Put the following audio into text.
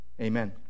amen